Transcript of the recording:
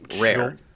rare